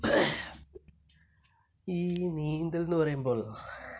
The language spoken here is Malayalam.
ഈ നീന്തൽ എന്ന് പറയുമ്പോൾ